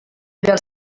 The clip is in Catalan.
dels